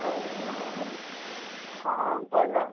ଆଉ ମୁଁ ହଁ ଗଲା